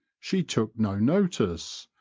she took no notice,